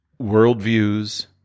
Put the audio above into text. worldviews